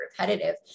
repetitive